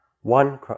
one